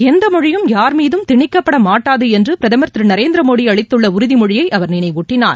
எந்த மொழியும் யார் மீதம் திணிக்கப்பட மாட்டாது என்று பிரதமர் திரு நரேந்திரமோடி அளித்துள்ள உறுதிமொழியை அவர் நினைவூட்டினார்